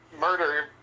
Murder